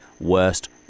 worst